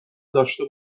داشته